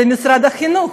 זה משרד החינוך.